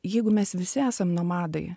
jeigu mes visi esam nomadai